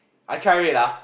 I try it ah